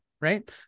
right